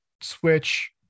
switch